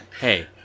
Hey